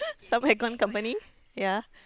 some air con company ya